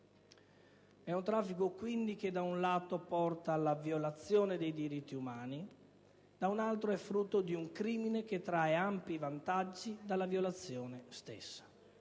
Un traffico, quindi, che da un lato porta alla violazione dei diritti umani, da un altro è frutto di un crimine che trae ampi vantaggi dalla violazione stessa.